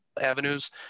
avenues